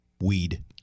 weed